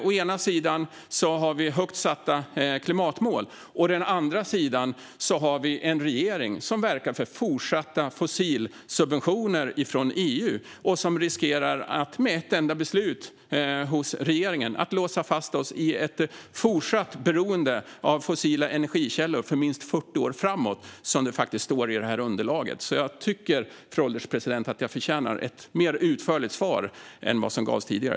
Å ena sidan har vi högt satta klimatmål, å andra sidan har vi en regering som verkar för fortsatta fossilsubventioner från EU och riskerar att med ett enda beslut låsa fast oss i ett fortsatt beroende av fossila energikällor under minst 40 år framåt, som det faktiskt står i underlaget. Jag tycker därför, fru ålderspresident, att jag förtjänar ett mer utförligt svar än vad som gavs tidigare.